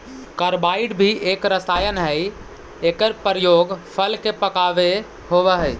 carbide भी एक रसायन हई एकर प्रयोग फल के पकावे होवऽ हई